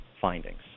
findings